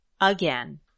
again